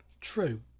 True